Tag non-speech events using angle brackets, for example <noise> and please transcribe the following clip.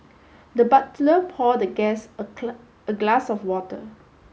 the butler pour the guest a <unintelligible> a glass of water